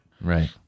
Right